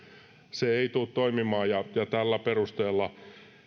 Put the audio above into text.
se ei tule toimimaan ja tällä perusteella